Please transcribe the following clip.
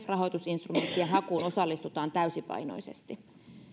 rahoitusinstrumenttien hakuun osallistutaan täysipainoisesti